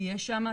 תהיה שם,